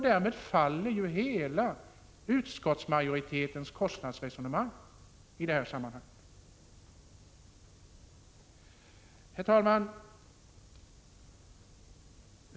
Därmed faller utskottsmajoritetens hela kostnadsresonemang i detta sammanhang. Herr talman!